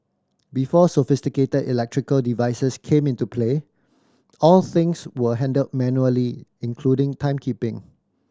before sophisticated electrical devices came into play all things were handled manually including timekeeping